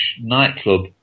nightclub